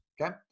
okay